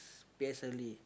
p_s_l_e